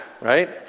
right